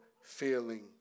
feeling